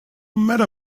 matter